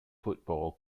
football